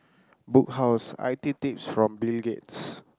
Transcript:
Book House I_T tips from Bill-Gates